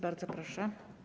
Bardzo proszę.